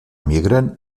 migren